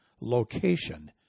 location